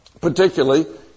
particularly